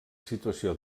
situació